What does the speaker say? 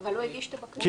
אבל הוא הגיש את הבקשה.